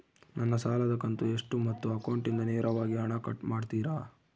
ನನ್ನ ಸಾಲದ ಕಂತು ಎಷ್ಟು ಮತ್ತು ಅಕೌಂಟಿಂದ ನೇರವಾಗಿ ಹಣ ಕಟ್ ಮಾಡ್ತಿರಾ?